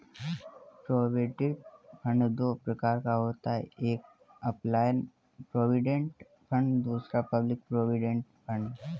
provident fund दो प्रकार का होता है एक एंप्लॉय प्रोविडेंट फंड दूसरा पब्लिक प्रोविडेंट फंड